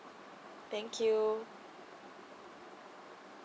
thank you